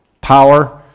Power